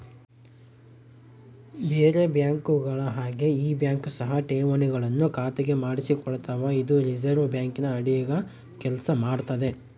ಬೇರೆ ಬ್ಯಾಂಕುಗಳ ಹಾಗೆ ಈ ಬ್ಯಾಂಕ್ ಸಹ ಠೇವಣಿಗಳನ್ನು ಖಾತೆಗೆ ಮಾಡಿಸಿಕೊಳ್ತಾವ ಇದು ರಿಸೆರ್ವೆ ಬ್ಯಾಂಕಿನ ಅಡಿಗ ಕೆಲ್ಸ ಮಾಡ್ತದೆ